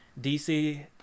DC